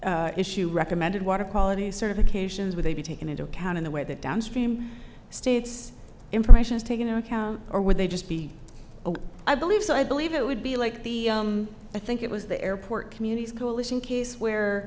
still issue recommended water quality sort of occasions with a be taken into account in the way that downstream states informations take into account or would they just be i believe so i believe it would be like the i think it was the airport communities coalition case where